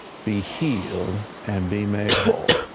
be healed, and be made whole.